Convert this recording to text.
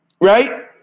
right